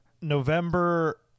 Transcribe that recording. November